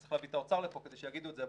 צריך להביא את האוצר לפה כדי שיגידו את זה,